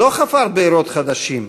לא חפר בארות חדשות,